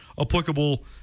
applicable